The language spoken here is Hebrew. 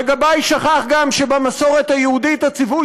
וגבאי גם שכח שבמסורת היהודית הציווי